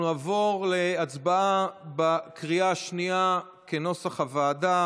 אנחנו נעבור להצבעה בקריאה השנייה כנוסח הוועדה.